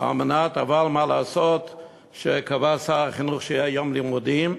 אבל מה לעשות שקבע שר החינוך שיהיה יום לימודים?